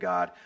God